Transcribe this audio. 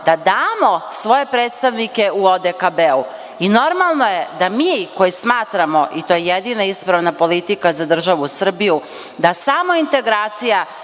da damo svoje predstavnike u ODKB. Normalno je da mi koji smatramo, i to je jedina ispravna politika za državu Srbiju, da smo integracija